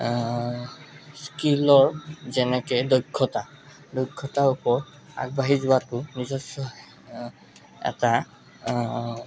স্কিলৰ যেনে দক্ষতা দক্ষতা ওপৰত আগবাঢ়ি যোৱাটো নিজস্ব এটা